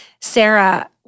Sarah